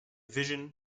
vision